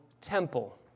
temple